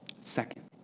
Second